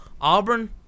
Auburn